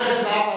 זהבה,